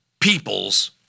peoples